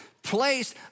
place